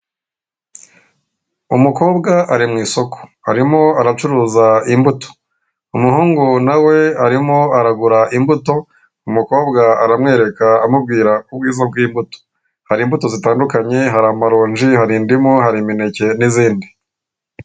Umukobwa ari mu isoko arimo aracuruza imbuto, umuhungu nawe arimo aragura imbuto, umukobwa aramwereka amubwira ubwiza bw'imbuto. Hari imbuto zitandukanye hari amaronji, hari indimu, hari imineke n'izindi.